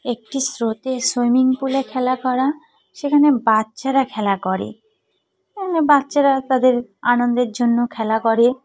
একটি স্রোতে সুইমিং পুলে খেলা করা সেখানে বাচ্চারা খেলা করে সেখানে বাচ্চারা তাদের আনন্দের জন্য খেলা করে